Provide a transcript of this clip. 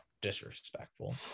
disrespectful